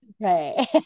Right